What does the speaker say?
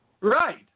Right